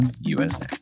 USA